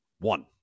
One